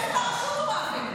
מסתתר מאחורי החסינות שלך, אדוני.